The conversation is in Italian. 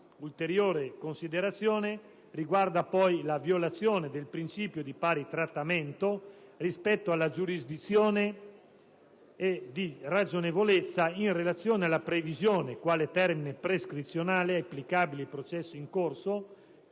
Un'ulteriore considerazione riguarda poi la violazione del principio di pari trattamento rispetto alla giurisdizione e di ragionevolezza in relazione alla previsione, quale termine prescrizionale applicabile ai processi in corso